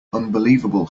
unbelievable